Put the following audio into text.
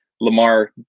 Lamar